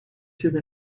through